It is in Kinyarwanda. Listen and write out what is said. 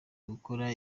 gukora